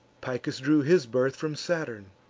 picus drew his birth from saturn,